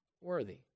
worthy